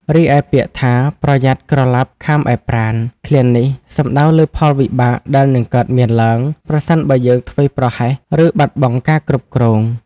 រីឯពាក្យថា "ប្រយ័ត្នក្រឡាប់ខាំឯប្រាណ"ឃ្លានេះសំដៅលើផលវិបាកដែលនឹងកើតមានឡើង ប្រសិនបើយើងធ្វេសប្រហែស ឬបាត់បង់ការគ្រប់គ្រង។